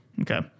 Okay